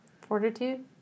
Fortitude